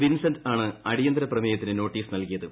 Vincent ആണ് അടിയന്തരപ്രമേയത്തിന് notice നൽകിയത്